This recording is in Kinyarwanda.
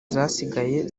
zasigaye